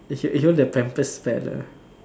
you you know the pampers fella